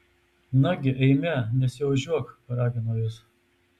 nagi eime nesiožiuok paragino jis